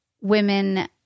women